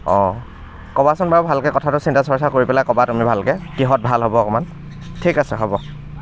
অঁ ক'বাচোন বাৰু ভালকে কথাটো চিন্তা চৰ্চা কৰি পেলাই ক'বা তুমি ভালকে কিহত ভাল হ'ব অকমান ঠিক আছে হ'ব